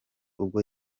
ubwo